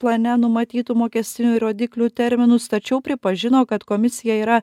plane numatytų mokestinių rodiklių terminus tačiau pripažino kad komisija yra